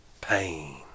pain